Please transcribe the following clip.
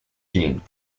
tin